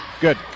Good